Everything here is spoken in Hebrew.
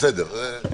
בסדר.